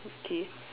okay